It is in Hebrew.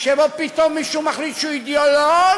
שבו פתאום מישהו מחליט שהוא אידיאולוג,